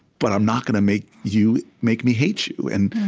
but i'm not gonna make you make me hate you. and